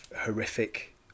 horrific